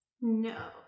No